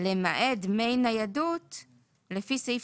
למעט דמי ניידות לפי סעיף